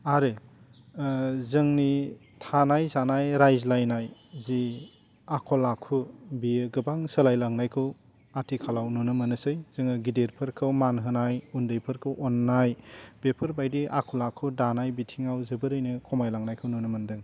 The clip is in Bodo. आरो जोंनि थानाय जानाय रायज्लायनाय जि आखल आखु बेयो गोबां सोलाय लांनायखौ आथिखालाव नुनो मोनोसै जोङो गिदिरफोरखौ मान होनाय उन्दैफोरखौ अन्नाय बेफोर बायदि आखल आखु दानाय बिथिङाव जोबोरैनो खमाय लांनायखौ नुनो मोन्दों